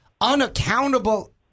unaccountable